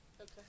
Okay